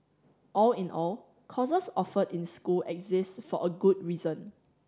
all in all courses offered in school exist for a good reason